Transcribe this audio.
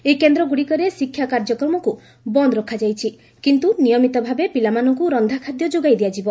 ଏହି କେନ୍ଦ୍ରଗୁଡ଼ିକରେ ଶିକ୍ଷା କାର୍ଯ୍ୟକ୍ରମକୁ ବନ୍ଦ୍ ରଖାଯାଇଛି କିନ୍ତୁ ନିୟମିତ ଭାବେ ପିଲାମାନଙ୍କୁ ରନ୍ଧାଖାଦ୍ୟ ଯୋଗାଇ ଦିଆଯିବ